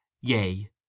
Yea